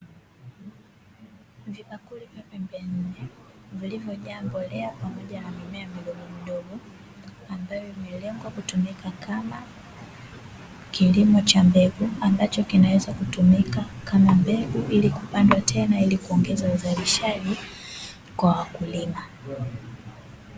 Vibakuli vya pembe nne, vilivyojaa mbolea pamoja na mimea midogo midogo, ambayo imelengwa kutumika kama kilimo cha mbegu, ambacho kinaweza kutumika kama mbegu ili kupandwa tena, ili kuongeza uzalishaji kwa wakulima.